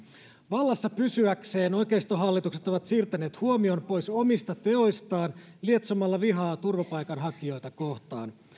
vallassa pysyäkseen oikeistohallitukset ovat siirtäneet huomion pois omista teoistaan lietsomalla vihaa turvapaikanhakijoita kohtaan